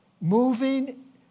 moving